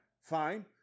Fine